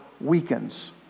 weakens